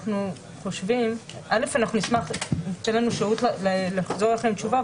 אנחנו נשמח שתהיה לנו שהות לחזור אליכם עם תשובה.